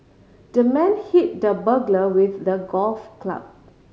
the man hit the burglar with the golf club